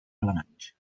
alemanys